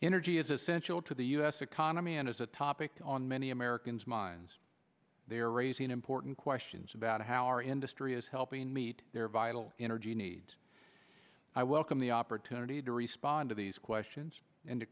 energy is essential to the u s economy and as a topic on many americans minds they are raising important questions about how our industry is helping meet their vital energy needs i welcome the opportunity to respond to these questions and to